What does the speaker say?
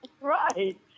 Right